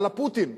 א-לה פוטין,